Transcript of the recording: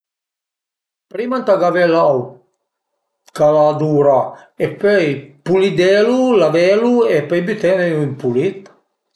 Prima ëntà gavé l'autr ch'al a gavà, pöi pulidelu, lavelu e pöi bütene ün pulit